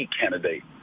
candidate